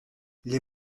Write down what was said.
les